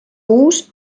uus